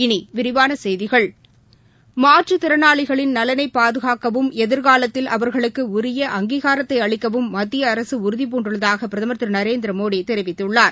இனிவிரிவானசெய்திகள் மாற்றுத்தினாளிகளின் நலனைபாதுகாக்கவும் எதிர்காலத்தில் அவர்களுக்குஉரிய அங்கீகாரத்தைஅளிக்கவும் மத்திய அரசுஉறுதி பூண்டுள்ளதாக பிரதமர் திருநரேந்திரமோடி தெரிவித்துள்ளார்